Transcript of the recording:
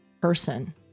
person